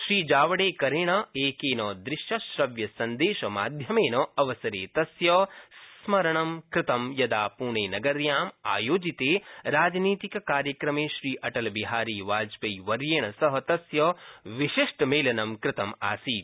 श्रीजावडेकरेण एकेन दृश्यश्रव्यसंदेशमाध्ययेन अवसरे तस्य स्मरणं कृतं यदा पुणे नगर्व्याम् आयोजिते राजनीतिककार्यक्रमे श्रीअटलबिहारी वाजपेयीवर्येण सह तस्य विशिष्टमेलनं कृतमासीत्